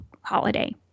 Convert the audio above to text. holiday